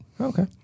okay